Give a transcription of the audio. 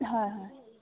হয় হয়